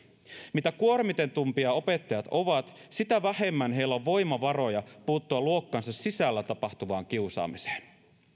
mitä kuormitetumpia opettajat ovat sitä vähemmän heillä on voimavaroja puuttua luokkansa sisällä tapahtuvaan kiusaamiseen